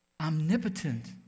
omnipotent